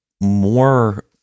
more